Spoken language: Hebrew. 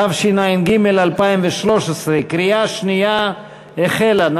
התשע"ג 2013. קריאה שנייה החלה.